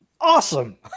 Awesome